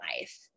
life